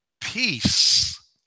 Peace